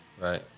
Right